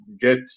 get